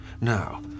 Now